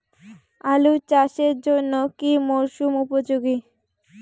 আলু চাষের জন্য কি মরসুম উপযোগী?